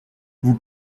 vous